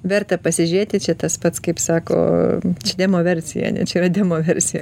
verta pasižiūrėti čia tas pats kaip sako čia demo versija ane čia yra demo versija